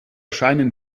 scheinen